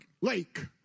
lake